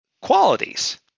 qualities